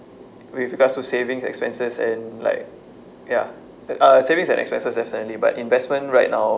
with regards to savings expenses and like ya uh savings and expenses definitely but investment right now